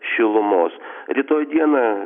šilumos rytoj dieną